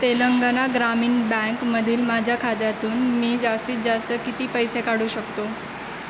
तेलंगणा ग्रामीण बँकमधील माझ्या खात्यातून मी जास्तीत जास्त किती पैसे काढू शकतो